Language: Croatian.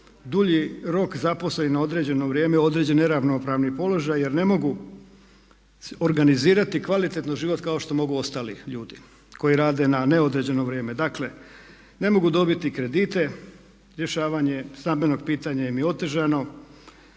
dulji rok zaposleni na određeno vrijeme u određeni neravnopravni položaj jer ne mogu organizirati kvalitetno život kao što mogu ostali ljudi koji rade na neodređeno vrijeme. Dakle, ne mogu dobiti kredite, rješavanje stambenog pitanja im je otežano